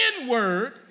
N-word